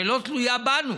מפה שלא תלויה בנו